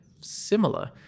similar